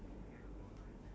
ya